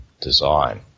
design